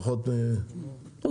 פחות --- לא,